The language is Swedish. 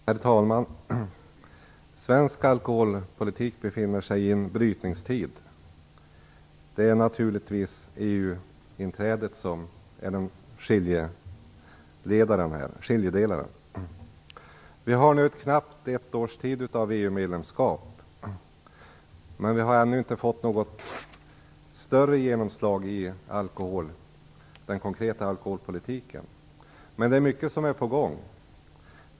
Herr talman! Svensk alkoholpolitik befinner sig i en brytningstid. Det är naturligtvis EU-inträdet som är skiljedelaren. Vi har nu knappt ett års tid av EU medlemskap bakom oss. Men det har ännu inte fått något större genomslag i den konkreta alkoholpolitiken. Det är mycket som är på gång.